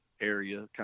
area